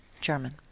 German